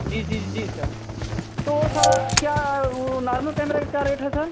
जी जी जी सर तो सर क्या वह नॉर्मल कैमरा का क्या रेट है सर